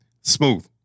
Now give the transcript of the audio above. Smooth